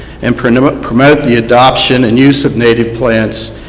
and promotes promotes the adoption and use of native plants,